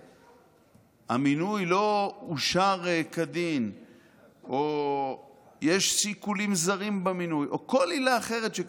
למעשה המינוי לא אושר כדין או יש שיקולים זרים במינוי או כל עילה אחרת,